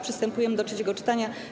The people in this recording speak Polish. Przystępujemy do trzeciego czytania.